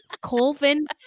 Colvin